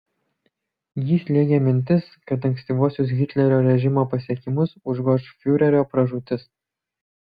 jį slėgė mintis kad ankstyvuosius hitlerio režimo pasiekimus užgoš fiurerio pražūtis